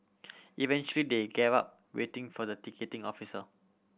eventually they gave up waiting for the ticketing officer